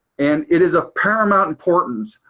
and it is of paramount importance.